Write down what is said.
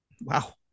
Wow